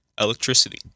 Electricity